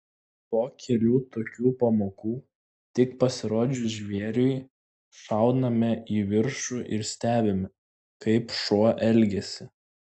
po kelių tokių pamokų tik pasirodžius žvėriui šauname į viršų ir stebime kaip šuo elgiasi